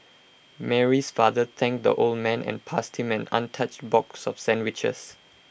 Mary's father thanked the old man and passed him an untouched box of sandwiches